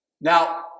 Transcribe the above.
Now